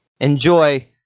enjoy